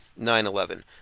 9-11